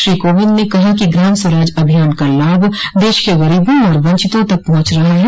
श्री कोविंद ने कहा कि ग्राम स्वराज अभियान का लाभ देश के गरीबों और वंचितों तक पहुंच रहा है